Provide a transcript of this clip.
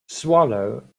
swallow